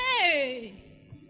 Hey